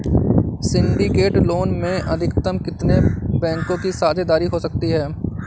Syndicate loan में अधिकतम कितने बैंकों की साझेदारी हो सकती है?